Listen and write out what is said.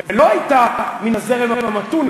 ולא הייתה מן הזרם המתון,